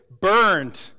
burned